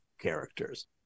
characters